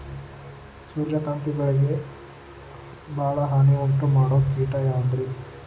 ಸೂರ್ಯಕಾಂತಿ ಬೆಳೆಗೆ ಭಾಳ ಹಾನಿ ಉಂಟು ಮಾಡೋ ಕೇಟ ಯಾವುದ್ರೇ?